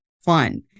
fun